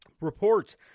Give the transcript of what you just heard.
reports